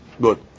Good